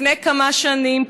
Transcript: לפני כמה שנים,